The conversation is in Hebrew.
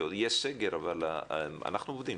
יהיה סגר, אבל אנחנו עובדים.